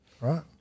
Right